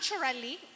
Naturally